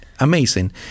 Amazing